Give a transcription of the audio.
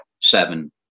seven